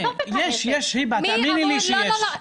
תאמיני לי שיש.